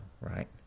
right